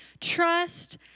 trust